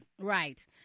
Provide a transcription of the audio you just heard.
Right